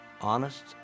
honest